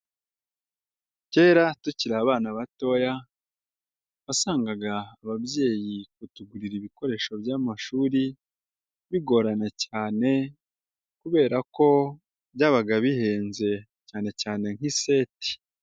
Kera tukiri abana batoya wasangaga ababyeyi kutugurira ibikoresho by'amashuri bigorana cyane kubera ko byabaga bihenze cyane cyane nk'iseti.